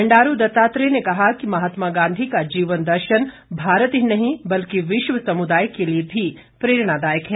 बंडारू दत्तात्रेय ने कहा कि महात्मा गांधी का जीवन दर्शन भारत ही नहीं बल्कि विश्व समुदाय के लिए भी प्रेरणादायक है